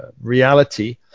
reality